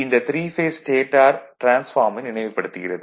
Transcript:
இந்த three phase stator டிரான்ஸ்பார்மரை நினைவுபடுத்துகிறது